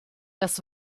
das